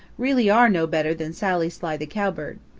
really are no better than sally sly the cowbird.